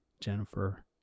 Jennifer